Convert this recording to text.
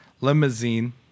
limousine